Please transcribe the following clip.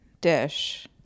dish